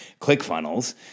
ClickFunnels